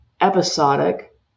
episodic